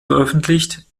veröffentlicht